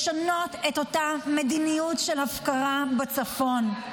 לשנות את אותה מדיניות של הפקרה בצפון.